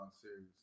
series